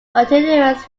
continuous